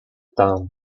town